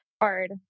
hard